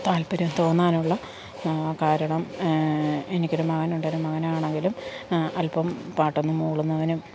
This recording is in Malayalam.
താൽപ്പര്യം തോന്നാനുള്ള കാരണം എനിക്കൊരു മകനുണ്ട് എൻ്റെ മകനാണെങ്കിലും അൽപ്പം പാട്ടൊന്ന് മൂളുന്നവനും